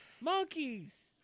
Monkeys